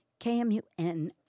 KMUN